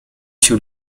się